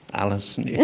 allison, yeah